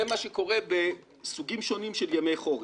זה מה שקורה בסוגים שונים של ימי חורף.